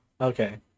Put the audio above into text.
okay